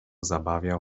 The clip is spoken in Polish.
zabawiał